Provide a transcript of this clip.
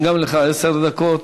גם לך יש עשר דקות.